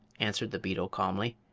answered the beetle, calmly,